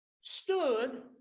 stood